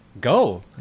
Go